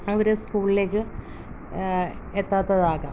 അവർ സ്കൂളിലേക്ക് എത്താത്തതാകാം